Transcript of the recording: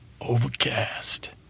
overcast